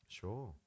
sure